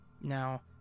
Now